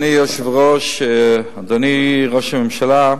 אדוני היושב-ראש, אדוני ראש הממשלה,